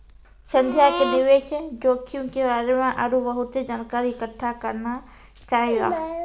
संध्या के निवेश जोखिम के बारे मे आरु बहुते जानकारी इकट्ठा करना चाहियो